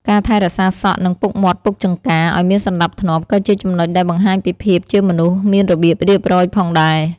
ការថែរក្សាសក់ និងពុកមាត់ពុកចង្កាឲ្យមានសណ្តាប់ធ្នាប់ ក៏ជាចំណុចដែលបង្ហាញពីភាពជាមនុស្សមានរបៀបរៀបរយផងដែរ។